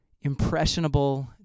impressionable